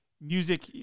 music